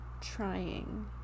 trying